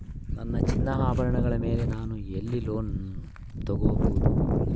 ನನ್ನ ಚಿನ್ನಾಭರಣಗಳ ಮೇಲೆ ನಾನು ಎಲ್ಲಿ ಲೋನ್ ತೊಗೊಬಹುದು?